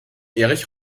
erich